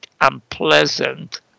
unpleasant